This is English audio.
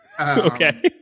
Okay